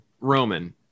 Roman